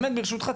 באמת ברשותך,